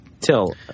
till